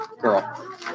girl